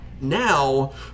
now